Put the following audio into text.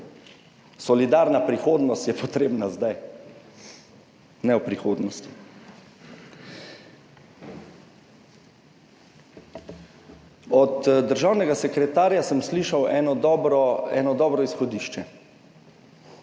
Solidarna prihodnost je potrebna zdaj, ne v prihodnosti. Od državnega sekretarja sem slišal eno dobro izhodišče,